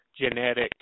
genetic